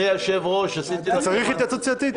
אתה צריך התייעצות סיעתית?